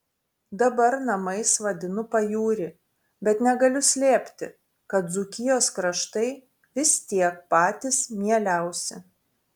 dabar namais vadinu pajūrį bet negaliu slėpti kad dzūkijos kraštai vis tiek patys mieliausi